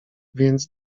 więc